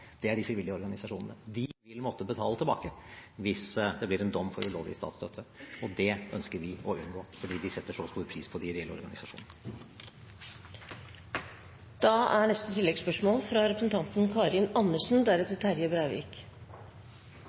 de frivillige organisasjonene. De vil måtte betale tilbake hvis det blir en dom for ulovlig statsstøtte, og det ønsker vi å unngå, fordi vi setter så stor pris på de frivillige organisasjonene. Karin Andersen – til neste